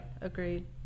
Agreed